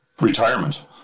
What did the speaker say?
Retirement